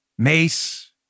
Mace